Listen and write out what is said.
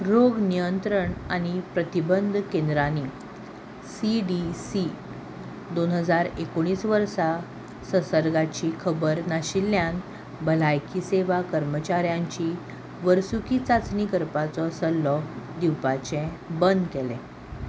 रोग नियंत्रण आनी प्रतिबंद केंद्रांनी सी डी सी दोन हजार एकोणीस वर्सा संसर्गाची खबर नाशिल्ल्यान भलायकी सेवा कर्मचाऱ्यांची वर्सुकी चांचणी करपाचो सल्लो दिवपाचें बंद केलें